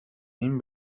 این